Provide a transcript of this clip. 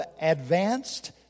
advanced